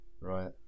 right